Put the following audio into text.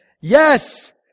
Yes